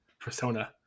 Persona